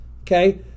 okay